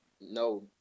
No